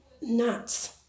nuts